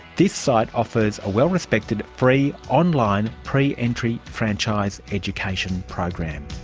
this site offers a well-respected free online pre-entry franchise education program.